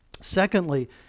Secondly